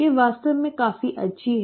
वे वास्तव में बहुत अच्छे हैं